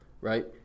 right